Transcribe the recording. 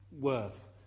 worth